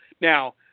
Now